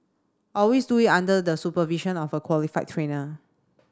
always do it under the supervision of a qualified trainer